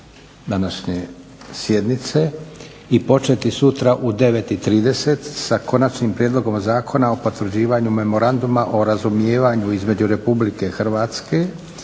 današnje sjednice i početi sutra u 9,30 sa Konačnim prijedlogom zakona o potvrđivanju Memoranduma o razumijevanju između Republike Hrvatske